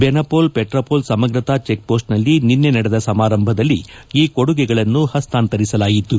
ಬೆನಪೋಲ್ ಪೆಟ್ರಾಪೋಲ್ ಸಮಗ್ರತಾ ಚೆಕ್ಪೋಸ್ಟ್ನಲ್ಲಿ ನಿನ್ನೆ ನಡೆದ ಸಮಾರಂಭದಲ್ಲಿ ಈ ಕೊಡುಗೆಗಳನ್ನು ಹಸ್ತಾಂತರಿಸಲಾಯಿತು